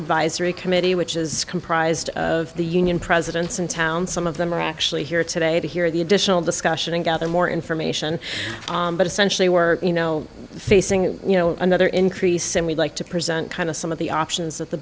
advisory committee which is comprised of the union presidents in town some of them are actually here today to hear the additional discussion and gather more information but essentially we're you know facing you know another increase and we'd like to present kind of some of the options that the